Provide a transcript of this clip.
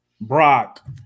Brock